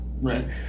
right